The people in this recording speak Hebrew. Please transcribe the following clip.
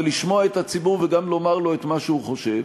ולשמוע את הציבור וגם לומר לו את מה שהוא חושב,